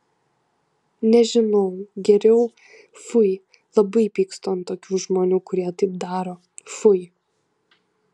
nežinau geriau fui labai pykstu ant tokių žmonių kurie taip daro fui